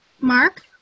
Mark